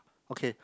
okay